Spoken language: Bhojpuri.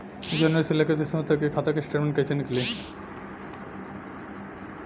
जनवरी से लेकर दिसंबर तक के खाता के स्टेटमेंट कइसे निकलि?